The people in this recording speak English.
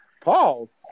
Pause